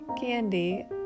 candy